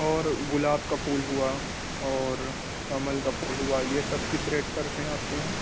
اور گلاب کا پھول ہوا اور کمل کا پھول ہوا یہ سب کس ریٹ پر ہیں آپ کے یہاں